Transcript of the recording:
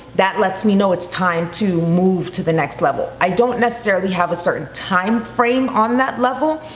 that lets me know it's time to move to the next level. i don't necessarily have a certain time frame on that level.